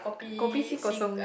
kopi C kosong